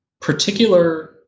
particular